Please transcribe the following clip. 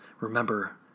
remember